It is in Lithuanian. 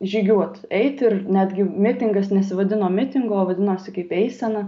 žygiuot eit ir netgi mitingas nesivadino mitingu o vadinosi kaip eisena